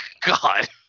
God